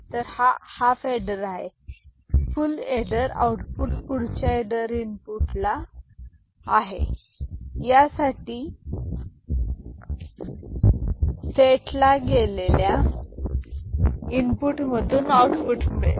तर हा half adder हे फुल एडर आउटपुट पुढच्या एडर इनपुट आहे यापुढच्या सेठ ला गेलेल्या इनपुट मधून आउटपुट मिळेल